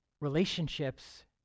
Relationships